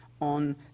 on